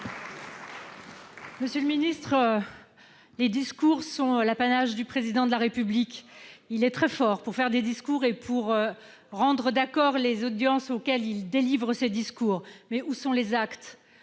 Monsieur le ministre, les discours sont l'apanage du Président de la République. Il est très fort pour faire des discours et pour recueillir l'approbation des auditoires auxquels il les délivre. Mais où sont les actes ?